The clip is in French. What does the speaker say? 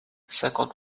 cinquante